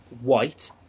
white